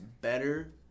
better